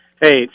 Hey